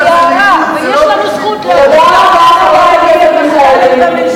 זו הצגה בשביל מרכז הליכוד.